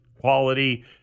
quality